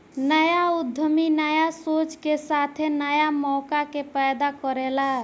न्या उद्यमी न्या सोच के साथे न्या मौका के पैदा करेला